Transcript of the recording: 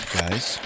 guys